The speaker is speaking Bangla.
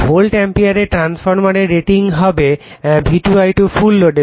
ভোল্ট অ্যাম্পিয়ারে ট্রান্সফরমারের রেটিং হবে V2 I2 ফুল লোডে